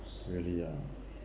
really ah